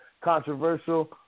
controversial